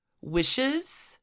wishes